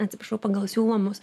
atsiprašau pagal siūlomus